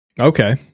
Okay